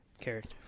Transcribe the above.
character